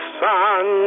sun